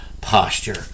posture